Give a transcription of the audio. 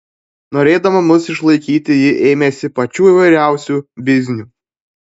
norėdama mus išlaikyti ji ėmėsi pačių įvairiausių biznių